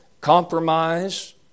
compromise